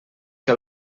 que